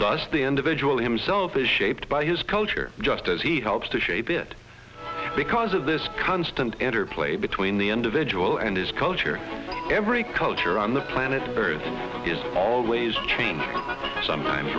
thus the individual himself is shaped by his culture just as he helps to shape it because of this constant interplay between the individual and his culture every culture on the planet earth is always changing sometime